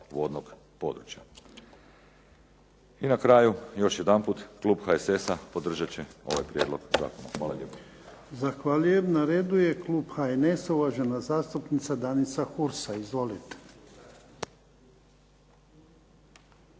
vodnog područja. I na kraju, još jedanput klub HSS-a podržat će ovaj prijedlog zakona. Hvala lijepo.